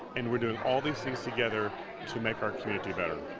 and we're doing all these things together to make our community better.